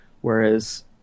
Whereas